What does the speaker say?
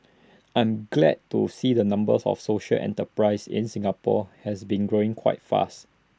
I'm glad to see the numbers of social enterprises in Singapore has been growing quite fast